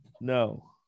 no